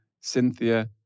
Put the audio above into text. Cynthia